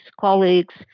colleagues